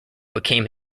became